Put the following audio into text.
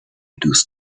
دوست